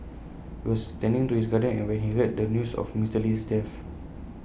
he was tending to his garden when he heard the news of Mister Lee's death